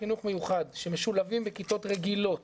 חינוך מיוחד שמשולבים בכיתות רגילות